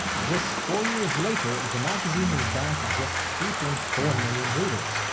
just four years later the magazine was down to just three point four million readers,